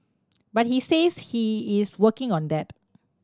but he says he is working on that